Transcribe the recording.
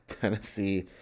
Tennessee